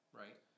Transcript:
right